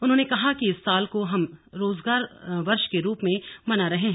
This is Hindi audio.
उन्होंने कहा कि इस साल को हम रोजगार वर्ष के रूप में मना रहे हैं